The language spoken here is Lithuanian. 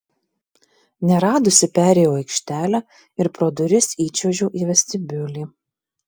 neradusi perėjau aikštelę ir pro duris įčiuožiau į vestibiulį